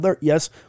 Yes